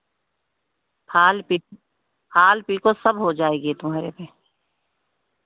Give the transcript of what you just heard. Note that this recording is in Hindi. फाल पि फाल पीको सब हो जाएगी तुम्हारे में